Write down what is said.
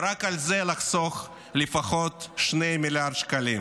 ורק על זה לחסוך כ-2 מיליארד שקלים,